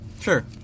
Sure